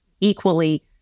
equally